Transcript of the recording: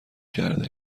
کرده